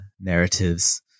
narratives